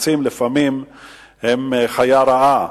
לפעמים הקיצוצים הם חיה רעה,